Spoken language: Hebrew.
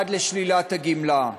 עד לשלילה הגמלה.